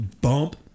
Bump